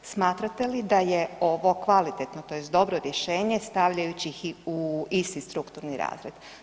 Smatrate li da je ovo kvalitetno, tj. dobro rješenje stavljajući ih u isti strukturni razred?